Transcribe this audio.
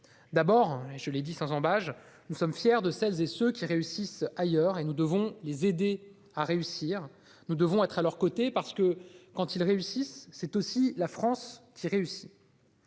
essentiels. Je le dis sans ambages : nous sommes fiers de celles et ceux qui réussissent ailleurs et nous devons les y aider. Nous devons être à leurs côtés, parce que, quand ils réussissent, c'est aussi la France qui réussit.